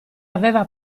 aveva